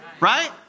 Right